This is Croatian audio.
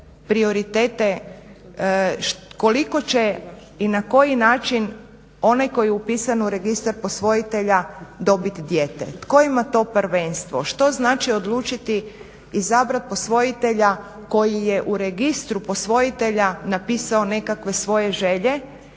prioritete koliko će i na koji način onaj koji je upisan u registar posvojitelja dobiti dijete. Tko ima to prvenstvo, što znači odlučiti izabrati posvojitelja koji je u registru posvojitelja napisao nekakve svoje želje